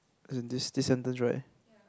as in this this sentence right